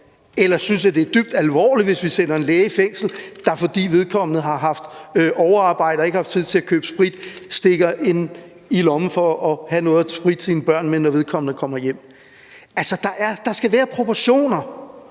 eller synes, det er dybt alvorligt, hvis vi sender en læge i fængsel, der, fordi vedkommende har haft overarbejde og ikke har haft tid til at købe sprit, stikker en i lommen for at have noget at spritte sine børn af med, når vedkommende kommer hjem. Altså, der skal være proportioner!